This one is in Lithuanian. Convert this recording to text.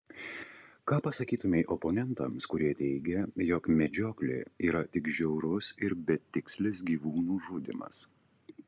ką pasakytumei oponentams kurie teigia jog medžioklė yra tik žiaurus ir betikslis gyvūnų žudymas